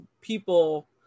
people